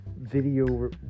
video